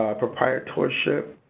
ah proprietorship,